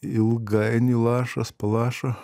ilgainiui lašas po lašo